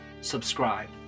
subscribe